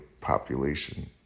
population